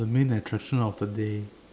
I'm looking at the song of the day